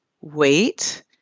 wait